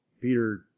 Peter